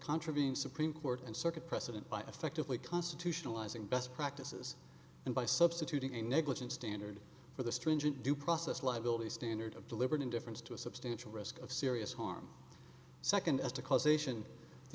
contravene supreme court and circuit precedent by effectively constitutional izing best practices and by substituting a negligent standard for the stringent due process liability standard of deliberate indifference to a substantial risk of serious harm second as to causation the